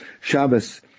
Shabbos